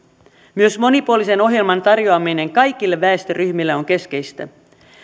myös monipuolisen ohjelman tarjoaminen kaikille väestöryhmille on keskeistä